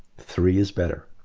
three is better